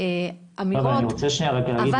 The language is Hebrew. אבל